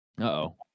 Uh-oh